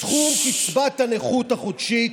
סכום קצבת הנכות החודשית,